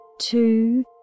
two